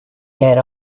got